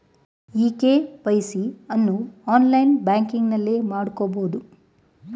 E KYC ಅನ್ನು online ಬ್ಯಾಂಕಿಂಗ್ನಲ್ಲೇ ಮಾಡ್ಕೋಬೋದು